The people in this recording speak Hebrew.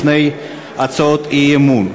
לפני הצעות האי-אמון.